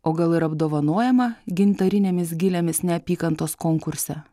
o gal ir apdovanojama gintarinėmis gilėmis neapykantos konkurse